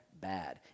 bad